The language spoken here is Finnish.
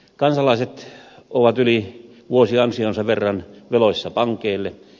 kansalaiset ovat yli vuosiansionsa verran veloissa pankeille